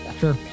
sure